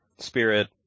Spirit